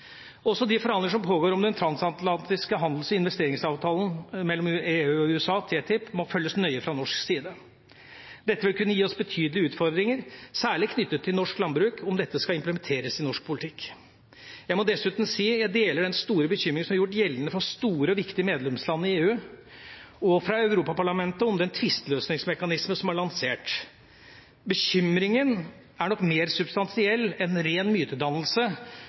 Også de forhandlinger som pågår om den transatlantiske handels- og investeringsavtalen mellom EU og USA, TTIP, må følges nøye fra norsk side. Dette vil kunne gi oss betydelige utfordringer, særlig knyttet til norsk landbruk, om dette skal implementeres i norsk politikk. Jeg må dessuten si jeg deler den store bekymring som er gjort gjeldende fra store og viktige medlemsland i EU og fra Europaparlamentet om den tvisteløsningsmekanisme som er lansert. Bekymringa er nok mer substansiell enn ren mytedannelse,